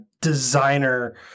designer